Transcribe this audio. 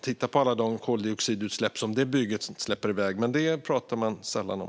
Titta på alla de koldioxidutsläpp som det bygget släpper ut. Men det talar man sällan om.